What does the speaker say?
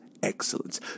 excellence